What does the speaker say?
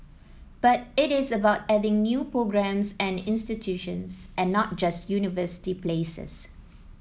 but it is about adding new programmes and institutions and not just university places